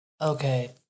okay